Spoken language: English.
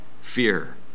fear